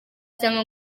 cyangwa